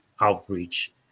outreach